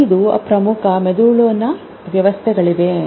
ಐದು ಪ್ರಮುಖ ಮೆದುಳಿನ ವ್ಯವಸ್ಥೆಗಳಿವೆ